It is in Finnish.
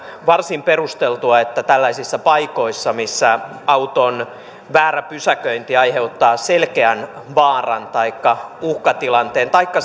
varsin perusteltua että tällaisissa paikoissa missä auton väärä pysäköinti aiheuttaa selkeän vaaran taikka uhkatilanteen taikka